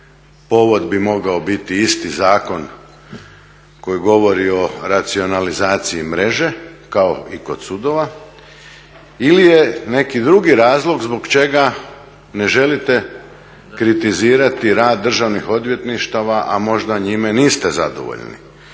Povod bi mogao biti isti zakon koji govori o racionalizaciji mreže kao i kod sudova ili je neki drugi razlog zbog čega ne želite kritizirati rad državnih odvjetništava a možda njime niste zadovoljni.